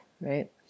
right